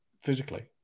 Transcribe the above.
physically